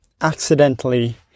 accidentally